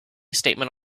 statement